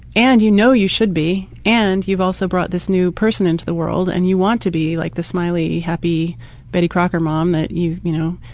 and you know you should be and you also brought this new person into the world and you want to be like the smiley happy betty crocker mom that you, you know,